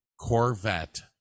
Corvette